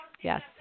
Yes